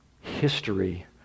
history